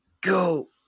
go